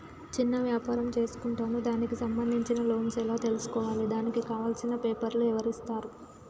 చిన్న వ్యాపారం చేసుకుంటాను దానికి సంబంధించిన లోన్స్ ఎలా తెలుసుకోవాలి దానికి కావాల్సిన పేపర్లు ఎవరిస్తారు?